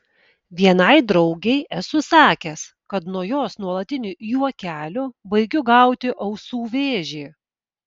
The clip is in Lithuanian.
vienai draugei esu sakęs kad nuo jos nuolatinių juokelių baigiu gauti ausų vėžį